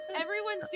Everyone's